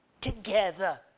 together